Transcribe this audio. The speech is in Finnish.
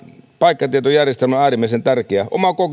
paikkatietojärjestelmä on äärimmäisen tärkeä oma